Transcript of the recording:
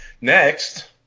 Next